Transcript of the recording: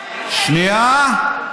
אבל תחכה לממצאים, שנייה.